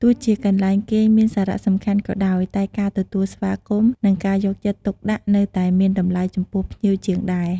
ទោះជាកន្លែងគេងមានសារៈសំខាន់ក៏ដោយ តែការទទួលស្វាគមន៍ និងការយកចិត្តទុកដាក់នៅតែមានតម្លៃចំពោះភ្ញៀវជាងដែរ។